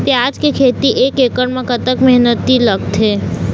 प्याज के खेती एक एकड़ म कतक मेहनती लागथे?